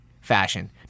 fashion